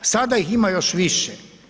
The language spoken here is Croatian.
Sada ih ima još više.